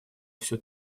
все